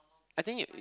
I think